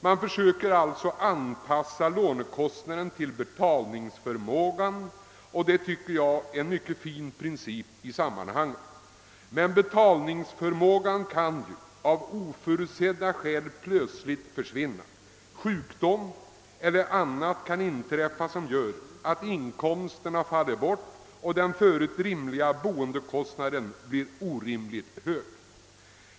Man försöker sålunda anpassa lånekostnaden' till betalningsförmågan, vilket jag tycker är en mycket fin princip i sammanhanget. Men betalningsförmågan kan av oförutsedda orsaker plötsligt upphöra. Sjukdom eller annat kan inträffa som gör att inkomsterna bortfaller och den förut rimliga boendekostnaden blir orimligt hög.